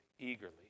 Eagerly